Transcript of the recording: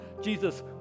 Jesus